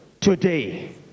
today